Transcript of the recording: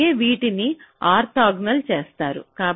అందుకే వాటిని ఆర్తోగోనల్గా చేస్తారు